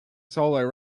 solo